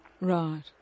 Right